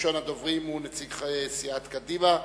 ראשון הדוברים הוא נציג סיעת קדימה,